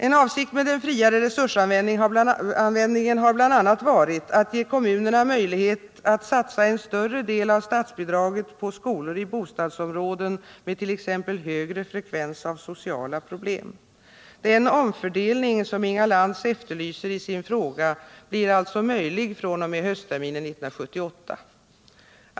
En avsikt med den friare resursanvändningen har bl.a. varit att ge kommunerna möjlighet att satsa en större del av statsbidraget på skolor i bostadsområden med t.ex. högre frekvens av sociala problem. Den omfördelning som Inga Lantz efterlyser i sin fråga blir alltså möjlig fr.o.m. höstterminen 1978.